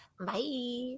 Bye